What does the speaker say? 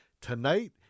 Tonight